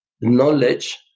knowledge